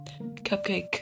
cupcake